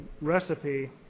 recipe